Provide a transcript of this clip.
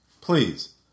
Please